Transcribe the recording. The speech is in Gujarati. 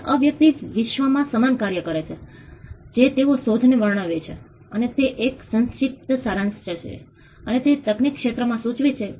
અમે લોકોની શક્તિ ક્ષમતામાં સુધારો કરી શક્યા નથી અથવા તે પણ નિર્ણયોને પ્રભાવિત કરવાની તેમની પાસે ઓછી શક્તિ છે કારણ કે તેમની પાસે સ્રોત ઓછા છે